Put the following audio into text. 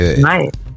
Right